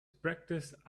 practiced